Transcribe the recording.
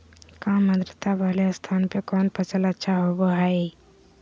काम आद्रता वाले स्थान पर कौन फसल अच्छा होबो हाई?